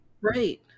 Right